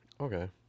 okay